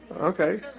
Okay